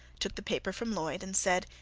took the paper from lloyd, and said,